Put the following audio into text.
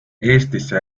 eestisse